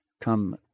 come